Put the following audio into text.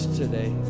today